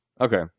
Okay